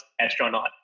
astronaut